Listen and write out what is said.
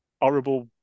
horrible